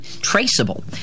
traceable